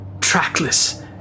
Trackless